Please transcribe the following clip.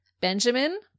Benjamin